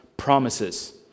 Promises